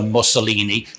Mussolini